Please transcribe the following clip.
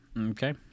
Okay